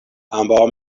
ambaŭ